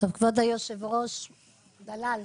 (היו"ר אלי